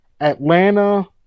Atlanta